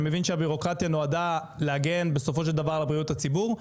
אני מבין שהבירוקרטיה נועדה להגן בסופו של דבר על בריאות הציבור,